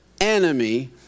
enemy